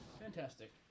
Fantastic